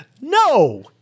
No